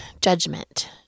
judgment